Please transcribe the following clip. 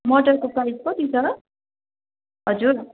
मटरको प्राइस कति छ हजुर